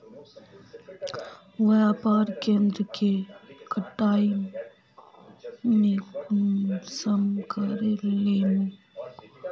व्यापार केन्द्र के कटाई में कुंसम करे लेमु?